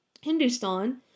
Hindustan